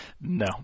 No